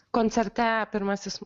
koncerte pirmasis